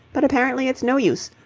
but apparently it's no use.